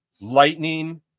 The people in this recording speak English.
lightning